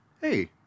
hey